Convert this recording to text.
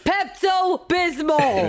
Pepto-Bismol